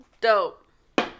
Dope